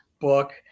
book